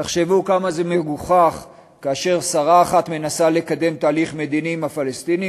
תחשבו כמה זה מגוחך כאשר שרה אחת מנסה לקדם תהליך מדיני עם הפלסטינים,